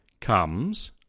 comes